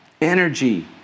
energy